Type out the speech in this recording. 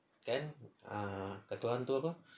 kan kata orang tu kan